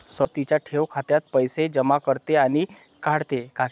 सरोज तिच्या ठेव खात्यात पैसे जमा करते आणि काढते